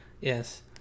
Yes